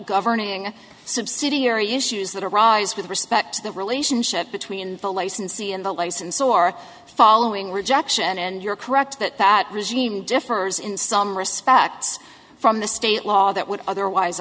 governing subsidiary issues that arise with respect to the relationship between the licensee and the license or following rejection and you're correct that that regime differs in some respects from the state law that would otherwise